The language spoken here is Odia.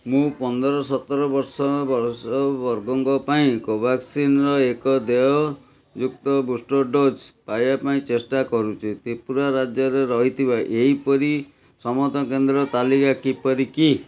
ମୁଁ ପନ୍ଦର ସତର ବର୍ଷ ବୟସ ବର୍ଗଙ୍କ ପାଇଁ କୋଭ୍ୟାକ୍ସିନ୍ର ଏକ ଦେୟଯୁକ୍ତ ବୁଷ୍ଟର୍ ଡୋଜ୍ ପାଇବା ପାଇଁ ଚେଷ୍ଟା କରୁଛି ତ୍ରିପୁରା ରାଜ୍ୟରେ ରହିଥିବା ଏହିପରି ସମସ୍ତ କେନ୍ଦ୍ର ତାଲିକା କିପରି କି